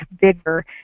bigger